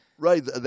Right